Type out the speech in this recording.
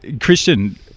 Christian